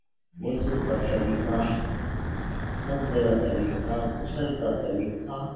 وضو کا طریقہ سجدے کا طریقہ غسل کا طریقہ